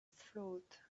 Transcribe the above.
float